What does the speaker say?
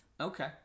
okay